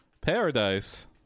paradise